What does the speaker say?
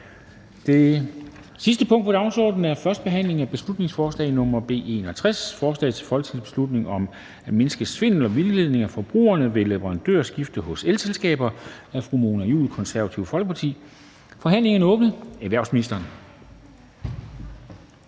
Det sidste punkt på dagsordenen er: 7) 1. behandling af beslutningsforslag nr. B 61: Forslag til folketingsbeslutning om at mindske svindel og vildledning af forbrugere ved leverandørskifte hos elselskaber. Af Mona Juul (KF) m.fl. (Fremsættelse